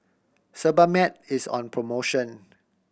Sebamed is on promotion